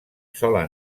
sola